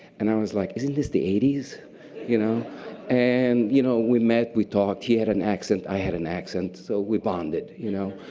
and i was like, isn't this the eighty s? you know and you know we met, we talked. he had an accent, i had an accent, so we bonded, you know?